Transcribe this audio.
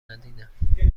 ندیدم